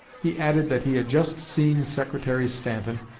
he added that he had just seen secretary stanton,